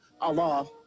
Allah